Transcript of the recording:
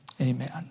amen